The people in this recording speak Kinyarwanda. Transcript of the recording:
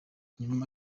nyuma